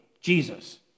Jesus